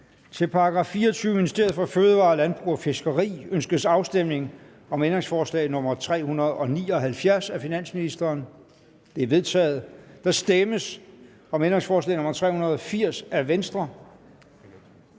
Til § 24. Ministeriet for Fødevarer, Landbrug og Fiskeri. Ønskes afstemning om ændringsforslag nr. 379 af finansministeren? Det er vedtaget. Der stemmes om ændringsforslag nr. 380 af Venstre